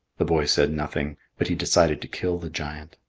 the boy said nothing, but he decided to kill the giant.